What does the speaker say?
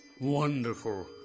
Wonderful